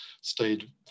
stayed